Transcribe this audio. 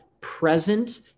present